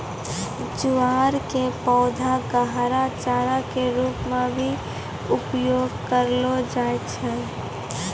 ज्वार के पौधा कॅ हरा चारा के रूप मॅ भी उपयोग करलो जाय छै